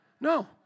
No